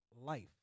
life